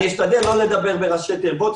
אשתדל לא לדבר בראשי תיבות,